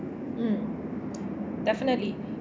mm definitely